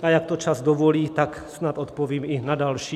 A jak to čas dovolí, tak snad odpovím i na další.